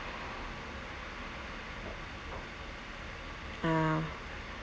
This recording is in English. uh